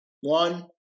One